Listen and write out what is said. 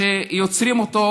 שיוצרים אותו,